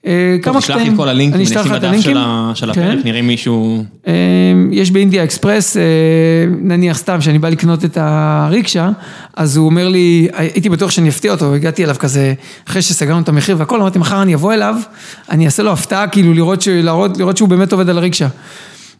אה, כמה קטעים, אני אשלח לך את הלינקים. אתה תשלח לי את כל הלינקים, נשים בדף של הפרק, נראה אם מישהו... יש באינדיה אקספרס, נניח סתם שאני בא לקנות את הריקשה, אז הוא אומר לי, הייתי בטוח שאני אפתיע אותו, הגעתי אליו כזה, אחרי שסגרנו את המחיר והכל, אמרתי, מחר אני אבוא אליו, אני אעשה לו הפתעה, כאילו לראות שהוא באמת עובד על הריקשה.